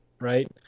right